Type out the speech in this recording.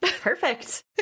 Perfect